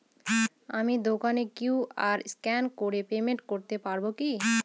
আমি দোকানে QR scan করে পেমেন্ট করতে পারবো কি?